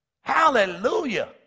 Hallelujah